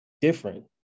different